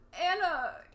Anna